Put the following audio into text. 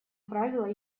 правила